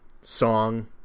song